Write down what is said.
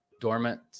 dormant